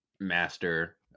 master